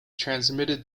transmitted